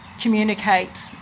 communicate